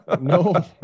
No